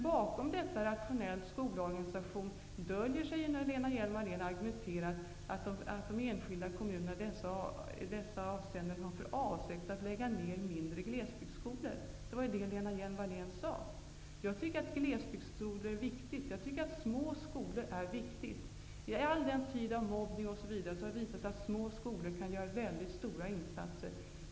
Bakom begreppet rationell skolorganisation döljer sig, när Lena Hjelm-Wallén argumenterar, att de enskilda kommunerna i dessa avseenden har för avsikt att lägga ned mindre glesbygdsskolor. Det var det Lena Hjelm-Wallén sade. Jag tycker att glesbygdsskolor är viktiga. Jag tycker att små skolor är viktiga. I en tid av mobbning har det visat sig att små skolor kan göra mycket stora insatser.